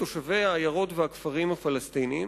תושבי העיירות והכפרים הפלסטיניים